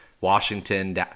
Washington